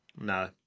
No